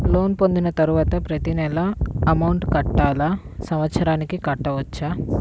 Loan పొందిన తరువాత ప్రతి నెల అమౌంట్ కట్టాలా? సంవత్సరానికి కట్టుకోవచ్చా?